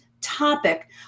topic